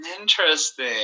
Interesting